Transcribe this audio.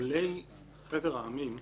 עולי חבר העמים,